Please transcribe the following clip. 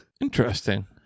Interesting